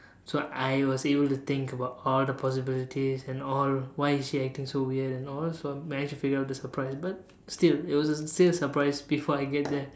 so I was able to think about all the possibilities and all why is she acting so weird and all so I managed to figure out the surprise but still it was still a surprise before I get there